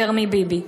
יותר מביבי"